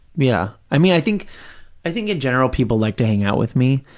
yeah, i mean, i think i think in general people like to hang out with me,